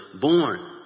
born